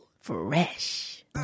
fresh